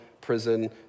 prison